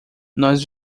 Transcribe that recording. nós